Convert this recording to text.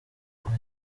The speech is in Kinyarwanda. uyu